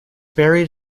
buried